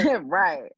Right